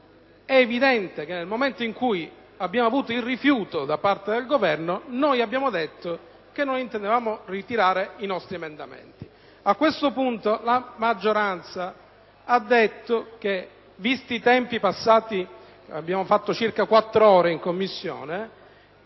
emendative. Nel momento in cui abbiamo ricevuto un rifiuto da parte del Governo, abbiamo detto che non intendevamo ritirare i nostri emendamenti. A questo punto, la maggioranza ha concluso che, visti i tempi impiegati (circa quattro ore in Commissione),